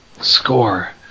Score